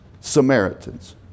Samaritans